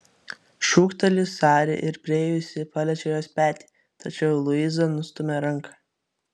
šūkteli sari ir priėjusi paliečia jos petį tačiau luiza nustumia ranką